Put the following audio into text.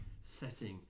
setting